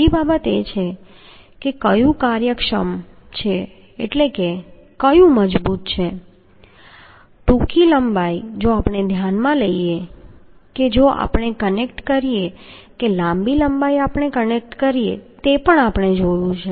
બીજી બાબત એ છે કે કયું કાર્યક્ષમ છે એટલે કે કયું મજબૂત છે ટૂંકી લંબાઈ જો આપણે ધ્યાનમાં લઈએ કે જો આપણે કનેક્ટ કરીએ કે લાંબી લંબાઈ આપણે કનેક્ટ કરી શકીએ તે પણ આપણે જોઈશું